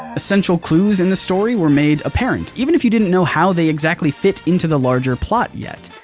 essential clues in the story were made apparent even if you didn't know how they exactly fit into the larger plot yet.